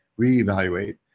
reevaluate